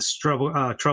trouble